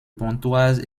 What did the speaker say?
pontoise